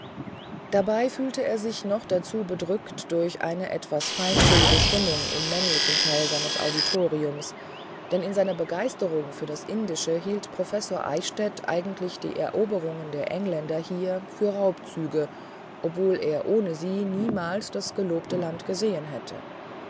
dabei fühlte er sich noch dazu bedrückt durch eine etwas feindselige stimmung im männlichen teil seines auditoriums denn in seiner begeisterung für alles indische hielt professor eichstädt eigentlich die eroberungen der engländer hier für räuberzüge obwohl er ohne sie niemals das gelobte land gesehen hätte